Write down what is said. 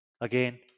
again